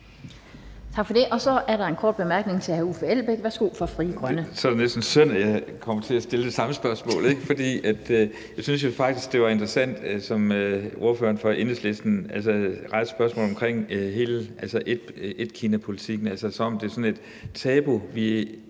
Tak for det. Så er der en kort bemærkning fra hr. Uffe Elbæk fra Frie Grønne. Værsgo. Kl. 20:09 Uffe Elbæk (FG): Så er det næsten synd, at jeg kommer til at stille det samme spørgsmål, for jeg synes jo faktisk, det var interessant, hvordan ordføreren fra Enhedslisten rejste spørgsmålet om hele etkinapolitikken, altså som om det er sådan et tabu, vi